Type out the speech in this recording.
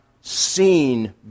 seen